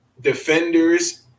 Defenders